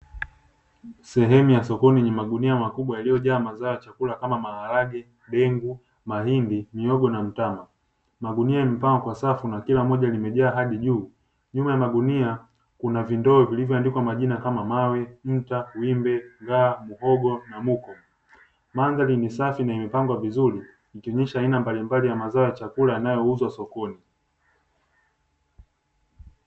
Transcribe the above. Sehemu ya sokoni yenye magunia makubwa yaliyo jaa mazao ya chakula kama vile maharage, dengu, mahindi, mihogo na mtama. Magunia yamepangwa kwa safu na kila moja limejaa hadi juu. Nyuma ya magunia kuna vindoo vilivo andikwa majina kama mawe, nta wimbe, slaa, muhogo na muka. Mandhari ni safi na imepangwa vizuri ikionyesha aina mbalimbali ya mazao ya chakula yanayo uzwa sokoni.